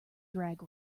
drag